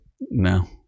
No